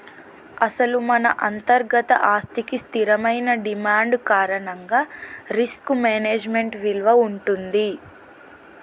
అసలు మన అంతర్గత ఆస్తికి స్థిరమైన డిమాండ్ కారణంగా రిస్క్ మేనేజ్మెంట్ విలువ ఉంటుంది